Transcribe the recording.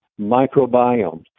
microbiome